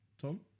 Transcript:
Tom